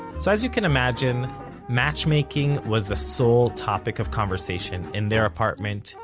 so as you can imagine matchmaking was the sole topic of conversation in their apartment,